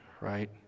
right